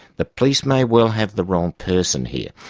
the police may well have the wrong person here.